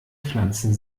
pflanzen